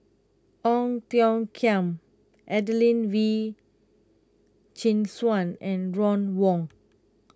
Ong Tiong Khiam Adelene Wee Chin Suan and Ron Wong